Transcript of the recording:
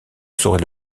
saurais